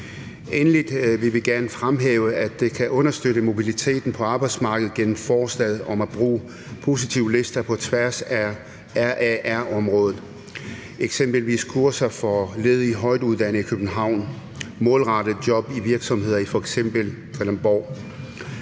Endelig vil vi gerne fremhæve, at det kan understøtte mobiliteten på arbejdsmarkedet gennem forslaget om at bruge positivlister på tværs af RAR-området, eksempelvis kurser for ledige højtuddannede i København målrettet job i virksomheder i f.eks. Kalundborg.